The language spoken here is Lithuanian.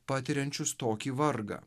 patiriančius tokį vargą